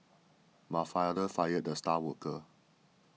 my father fired the star worker